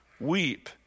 weep